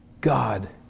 God